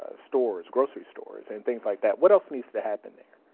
ah stores, grocery stores, and things like that. what else needs to happen there?